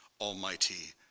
almighty